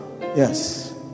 Yes